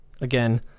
Again